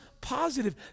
positive